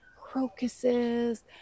crocuses